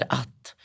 att